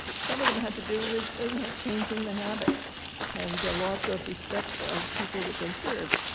some of them had to do with ah you know changing the habit and the loss of respect of people that they served.